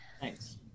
Thanks